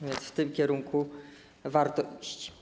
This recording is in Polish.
A więc w tym kierunku warto iść.